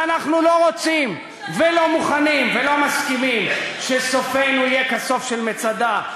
ואנחנו לא רוצים ולא מוכנים ולא מסכימים שסופנו יהיה כסוף של מצדה,